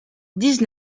dix